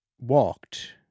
walked